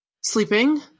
sleeping